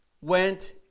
went